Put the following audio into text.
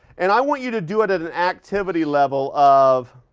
and i want you to do it at an activity level of,